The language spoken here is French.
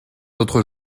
autres